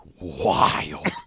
wild